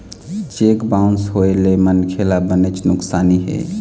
cheque bounce होए ले मनखे ल बनेच नुकसानी हे